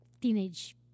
teenage